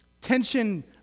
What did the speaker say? tension